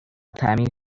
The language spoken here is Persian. تعمیر